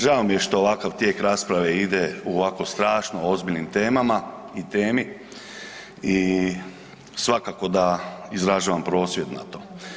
Žao mi je što ovakav tijek rasprave ide o ovako strašno ozbiljnim temama i temi, i svakako da izražavam prosvjed na to.